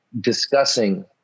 discussing